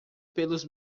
pelos